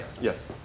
Yes